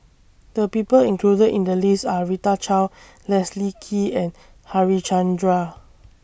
The People included in The list Are Rita Chao Leslie Kee and Harichandra